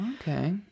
Okay